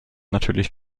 natürlich